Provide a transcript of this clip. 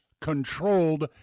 controlled